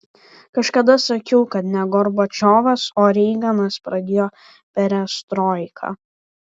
kažkada sakiau kad ne gorbačiovas o reiganas pradėjo perestroiką